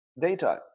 Daytime